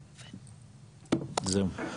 זהו.